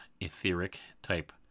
etheric-type